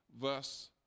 verse